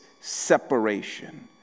separation